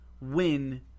win